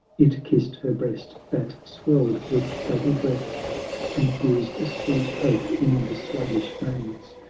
it kissed her breast, that swelled with double breath infused a sweet hope in the sluggish veins,